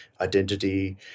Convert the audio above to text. identity